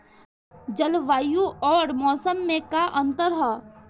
जलवायु अउर मौसम में का अंतर ह?